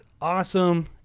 awesome